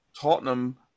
Tottenham